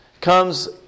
comes